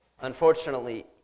Unfortunately